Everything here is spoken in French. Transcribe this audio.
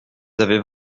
avaient